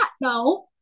No